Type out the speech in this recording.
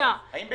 לרגע.